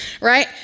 right